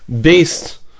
based